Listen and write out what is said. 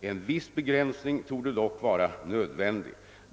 En viss begränsning torde dock vara nödvändig.